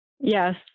Yes